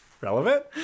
Relevant